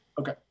Okay